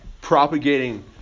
propagating